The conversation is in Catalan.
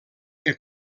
que